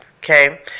Okay